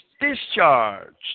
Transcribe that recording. discharged